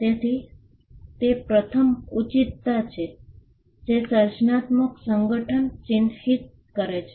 તેથી તે પ્રથમ ઉચિતતા છે જે સર્જનાત્મક સંગઠન ચિહ્નિત કરે છે